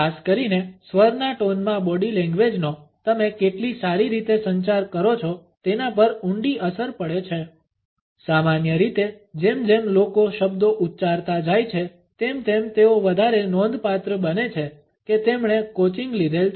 ખાસ કરીને સ્વરના ટૉનમાં બોડી લેંગ્વેજનો તમે કેટલી સારી રીતે સંચાર કરો છો તેના પર ઊંડી અસર પડે છે સામાન્ય રીતે જેમ જેમ લોકો શબ્દો ઉચ્ચારતા જાય છે તેમ તેમ તેઓ વધારે નોંધપાત્ર બને છે કે તેમણે કોચિંગ લીધેલ છે